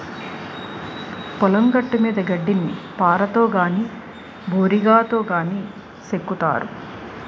పొలం గట్టుమీద గడ్డిని పారతో గాని బోరిగాతో గాని సెక్కుతారు